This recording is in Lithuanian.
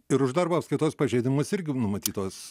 ir už darbo apskaitos pažeidimus irgi numatytos